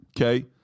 okay